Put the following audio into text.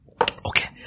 Okay